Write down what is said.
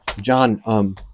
John